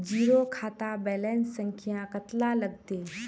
Zero खाता balance संख्या कतला लगते?